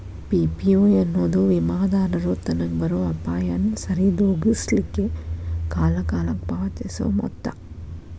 PPO ಎನ್ನೊದು ವಿಮಾದಾರರು ತನಗ್ ಬರೊ ಅಪಾಯಾನ ಸರಿದೋಗಿಸ್ಲಿಕ್ಕೆ ಕಾಲಕಾಲಕ್ಕ ಪಾವತಿಸೊ ಮೊತ್ತ